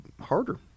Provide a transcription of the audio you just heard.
harder